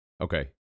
Okay